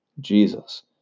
Jesus